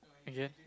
I guess